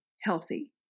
healthy